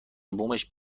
بومش